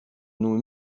nous